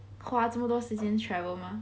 花这么多时间 travel 吗